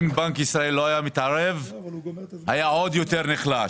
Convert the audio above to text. אם בנק ישראל לא היה מתערב היה עוד יותר נחלש.